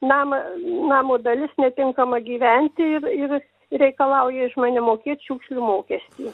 namą namo dalis netinkama gyventi ir ir reikalauja iš mane mokėt šiukšlių mokestį